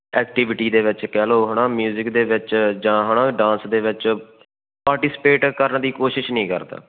activity ਦੇ ਵਿੱਚ ਕਹਿ ਲਉ ਹੈ ਨਾ ਮਿਊਜਿਕ ਦੇ ਵਿੱਚ ਜਾਂ ਹੈ ਨਾ ਡਾਂਸ ਦੇ ਵਿੱਚ ਪਾਰਟੀਸੀਪੇਟ ਕਰਨ ਦੀ ਕੋਸ਼ਿਸ਼ ਨਹੀਂ ਕਰਦਾ